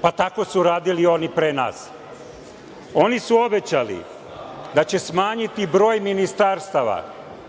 pa tako su radili oni pre nas. Oni su obećali da će smanjiti broj ministarstava